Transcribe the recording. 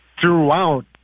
throughout